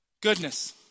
goodness